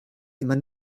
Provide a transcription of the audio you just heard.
immer